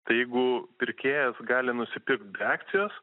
tai jeigu pirkėjas gali nusipirkt be akcijos